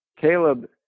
Caleb